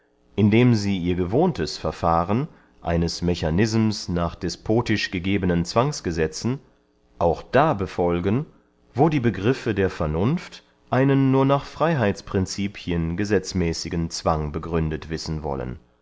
indem sie ihr gewohntes verfahren eines mechanisms nach despotisch gegebenen zwangsgesetzen auch da befolgen wo die begriffe der vernunft einen nur nach freyheitsprincipien gesetzmäßigen zwang begründet wissen wollen